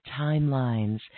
timelines